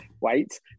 Wait